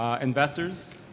Investors